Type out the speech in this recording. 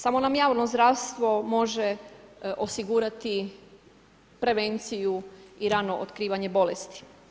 Samo nam javno zdravstvo može osigurati prevenciju i rano otkrivanje bolesti.